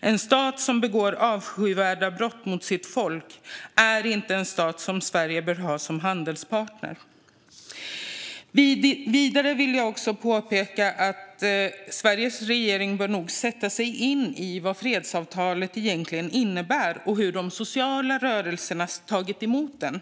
En stat som begår avskyvärda brott mot sitt folk är inte en stat som Sverige bör ha som handelspartner. Vidare vill jag påpeka att Sveriges regering bör sätta sig in i vad fredsavtalet egentligen innebär och hur de sociala rörelserna tagit emot det.